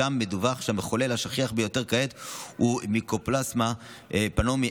שם מדווח שהמחולל השכיח ביותר כעת הוא מיקופלסמה פנאומוניה,